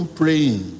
praying